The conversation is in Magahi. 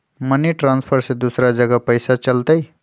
मनी ट्रांसफर से दूसरा जगह पईसा चलतई?